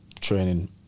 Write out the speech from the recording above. training